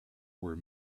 were